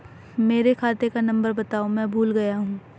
मेरे खाते का नंबर बताओ मैं भूल गया हूं